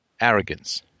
arrogance